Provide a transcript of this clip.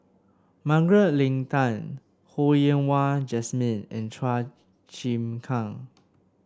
Margaret Leng Tan Ho Yen Wah Jesmine and Chua Chim Kang